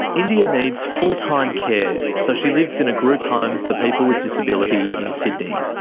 india needs full-time care, so she lives in a group home for people with disability in sydney.